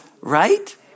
Right